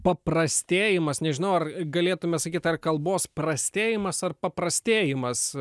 paprastėjimas nežinau ar galėtume sakyt ar kalbos prastėjimas ar paprastėjimas